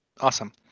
awesome